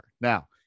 Now